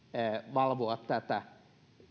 valvoa tätä